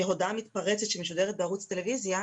כהודעה מתפרצת שמשודרת בערוץ טלוויזיה,